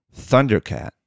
Thundercat